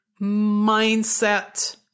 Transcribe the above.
mindset